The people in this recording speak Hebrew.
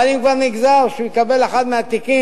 אבל אם כבר נגזר שהוא יקבל אחד התיקים,